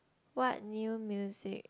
what new music